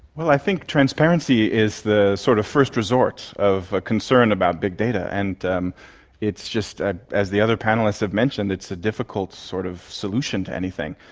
well, i think transparency is the sort of first resort of concern about big data, and um it's just that, ah as the other panellists have mentioned, it's a difficult sort of solution to anything.